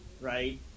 right